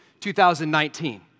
2019